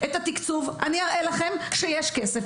את התקצוב אני אראה לכם שיש כסף,